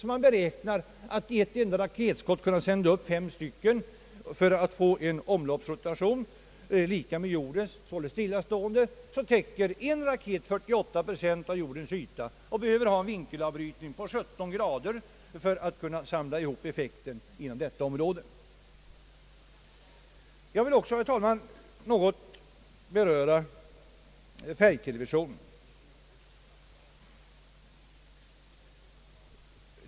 Man beräknar att i ett enda raketskott kunna sända upp fem fasta satelliter med en omloppstid motsvarande jordens och därför stillastående i förhållande till jorden. Varje sådan satellit täcker 48 procent av jordens yta och behöver en vinkelavbrytning på 17” för att kunna samla ihop effekten inom detta område. Jag vill också, herr talman, något beröra färg-TV.